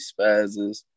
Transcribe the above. spazzes